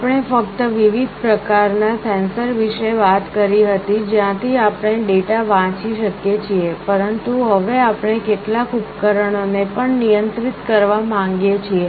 આપણે ફક્ત વિવિધ પ્રકારનાં સેન્સર વિશે વાત કરી હતી જ્યાંથી આપણે ડેટા વાંચી શકીએ છીએ પરંતુ હવે આપણે કેટલાક ઉપકરણોને પણ નિયંત્રિત કરવા માગીએ છીએ